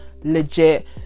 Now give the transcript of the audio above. legit